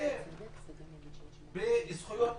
ביותר בזכויות